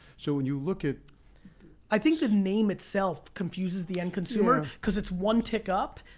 so when you look at i think the name itself, confuses the end consumer, cause it's one tick up,